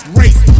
race